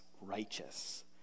righteous